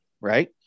Right